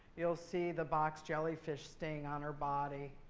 you'll see the box jellyfish sting on her body.